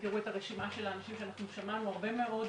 הרשימה של האנשים ששמענו הרבה מאוד